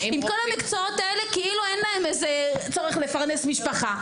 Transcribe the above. עם כל המקצועות האלה כאילו אין להם איזה צורך לפרנס משפחה.